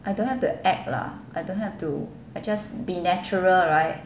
I don't have the act lah I don't have to I just be natural right